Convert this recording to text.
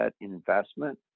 investment